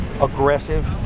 aggressive